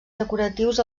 decoratius